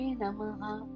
namaha